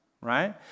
right